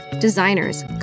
designers